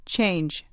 Change